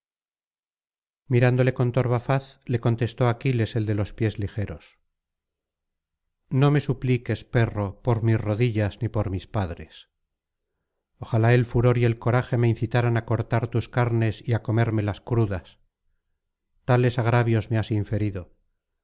mirándole con torva faz le contestó aquiles el de los pies ligeros no me supliques perro por mis rodillas ni por mis padres ojalá el furor y el coraje me incitaran á cortar tus carnes y á comérmelas crudas tales agravios me has inferido